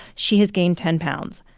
she has gained ten pounds.